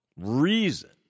reason